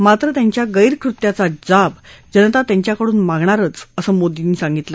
मात्र त्यांच्या गैरकृत्याचा जाब जनता त्यांच्याकडून मागणार असं मोदी म्हणाले